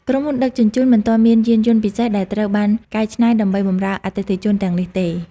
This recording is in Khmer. ក្រុមហ៊ុនដឹកជញ្ជូនមិនទាន់មានយានយន្តពិសេសដែលត្រូវបានកែច្នៃ ដើម្បីបម្រើអតិថិជនទាំងនេះទេ។